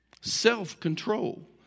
Self-control